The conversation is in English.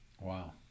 Wow